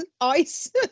ice